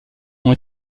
ont